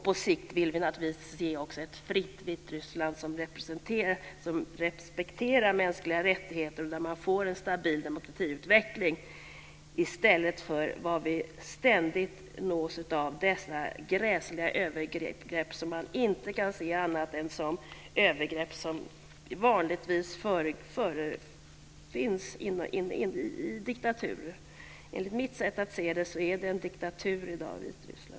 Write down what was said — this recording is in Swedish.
På sikt vill vi se ett fritt Vitryssland som respekterar mänskliga rättigheter och med en stabil demokratiutveckling i stället för vad vi ständigt hör, nämligen gräsliga övergrepp som vanligtvis finns i diktaturer. Enligt mitt sätt att se är Vitryssland en diktatur i dag.